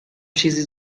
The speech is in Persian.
چیزی